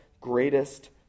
greatest